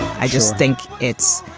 i just think it's.